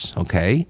okay